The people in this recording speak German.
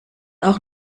auch